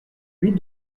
huile